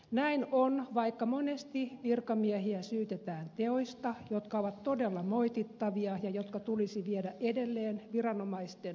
näin on vaikka monesti virkamiehiä syytetään teoista jotka ovat todella moitittavia ja jotka tulisi viedä edelleen viranomaisten tarkempaan tutkimukseen